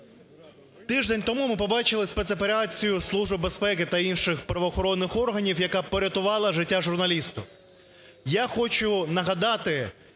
Тиждень тому ми побачили спецоперацію Служби безпеки та інших правоохоронних органів, яка порятувала життя журналісту. Я хочу нагадати,